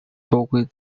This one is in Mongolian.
дуугүй